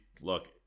look